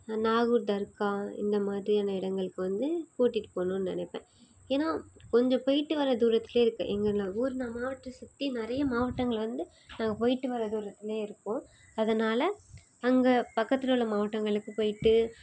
நாகூர் தர்க்கா இந்தமாதிரியான இடங்களுக்கு வந்து கூட்டிகிட்டு போகணுன்னு நினைப்பேன் ஏன்னால் கொஞ்சம் போயிட்டு வர தூரத்தில் இருக்குது இங்கே ஊர் மாவட்டத்தை சுற்றி நிறைய மாவட்டங்கள் வந்து நாங்கள் போயிட்டு வர தூரத்திலையே இருக்கும் அதனால் அங்கே பக்கத்தில் உள்ள மாவட்டங்களுக்கு போய்ட்டு